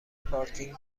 پارکینگ